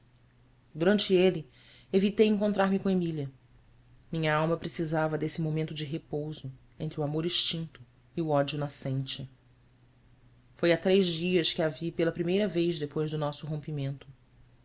durante ele evitei encontrar me com emília minha alma precisava desse momento de repouso entre o amor extinto e o ódio nascente foi há três dias que a vi pela primeira vez depois do nosso rompimento